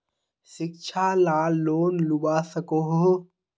शिक्षा ला लोन लुबा सकोहो?